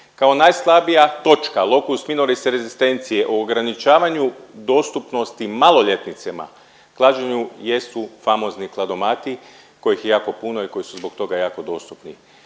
kao najslabija točka lokus minoris resistentiae o ograničavanju dostupnosti maloljetnicima klađenju jesu famozni kladomati kojih je jako puno i koji su zbog toga jako dostupni.